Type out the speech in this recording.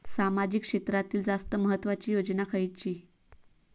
सामाजिक क्षेत्रांतील जास्त महत्त्वाची योजना खयची?